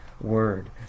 word